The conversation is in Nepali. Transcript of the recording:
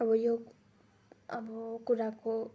अब यो अब कुराको